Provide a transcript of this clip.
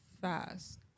fast